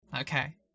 okay